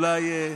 אולי,